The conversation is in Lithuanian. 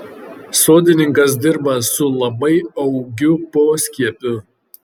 sodininkas dirba su labai augiu poskiepiu